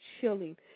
chilling